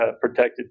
protected